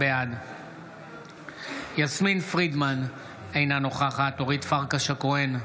בעד יסמין פרידמן, אינה נוכחת אורית פרקש הכהן,